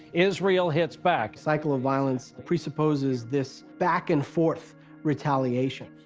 israel hits back. cycle of violence pre-supposes this back and forth retaliation.